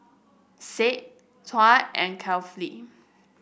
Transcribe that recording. said Tuah and Kefli